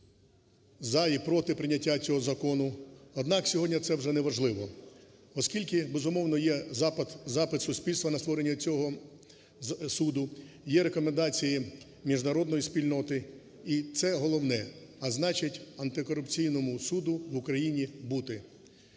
за і проти прийняття цього закону, однак сьогодні це вже неважливо. Оскільки, безумовно, є запит суспільства на створення цього суду, є рекомендації міжнародної спільноти і це головне, а значить Антикорупційному суду в Україні бути.